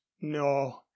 no